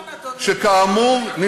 לא שמענו,